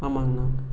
ஆமாங்கண்ணா